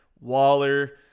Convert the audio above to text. Waller